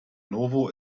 novo